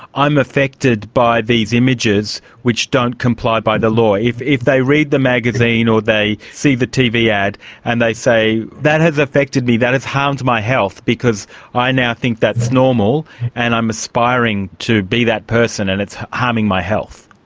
i'm affected by these images which don't comply by the law. if if they read the magazine or they see the tv ad and they say, that has affected me, that has harmed my health because i now think that's normal and i'm aspiring to be that person and it's harming my health.